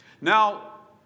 Now